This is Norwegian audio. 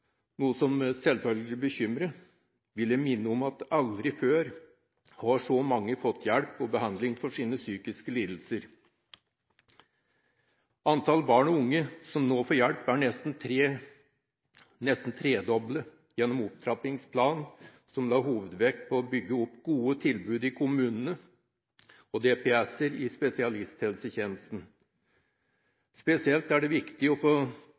noe som selvfølgelig bekymrer, vil jeg minne om at aldri før har så mange fått hjelp og behandling for sine psykiske lidelser. Antall barn og unge som nå får hjelp, er nesten tredoblet gjennom opptrappingsplanen, som la hovedvekt på å bygge opp gode tilbud i kommunene, og DPS-er i spesialisthelsetjenesten. Spesielt er det viktig å